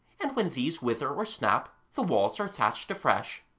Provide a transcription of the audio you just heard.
and when these wither or snap the walls are thatched afresh.